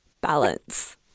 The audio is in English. balance